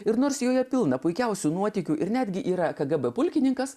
ir nors joje pilna puikiausių nuotykių ir netgi yra kgb pulkininkas